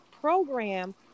program